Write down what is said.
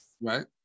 Right